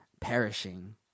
perishing